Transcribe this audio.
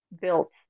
built